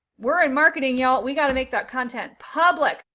we're in marketing y'all, we got to make that content public.